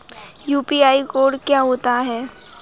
UPI code क्या होता है?